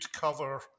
cover